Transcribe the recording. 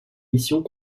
missions